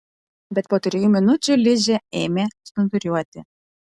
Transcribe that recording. bet po trijų minučių ližė ėmė snūduriuoti